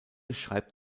schreibt